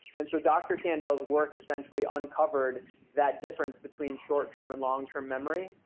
and so dr. kendel's work essentially uncovered that difference between short term and long term memory.